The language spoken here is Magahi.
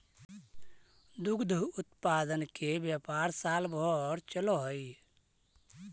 दुग्ध उत्पादन के व्यापार साल भर चलऽ हई